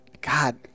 God